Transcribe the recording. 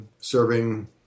serving